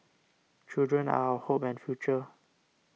children are our hope and future